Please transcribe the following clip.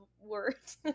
words